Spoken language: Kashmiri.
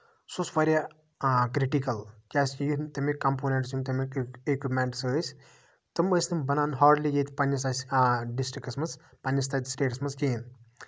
سُہ اوس واریاہ آ کرٹکَل کیازِ کہِ یِم تَمِکۍ کَمپونَنٹٔس یِم تَمِکۍ اِکُپمینٹٔس ٲسۍ تِم ٲسۍ نہٕ بَنان ہاڈلی ییٚتہِ پَنٕنِس اسہِ ڈِسٹرکَس منٛز پَنٕنِس تَتہِ سِٹیٹَس منٛز کِہیٖنۍ